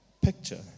picture